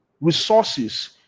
resources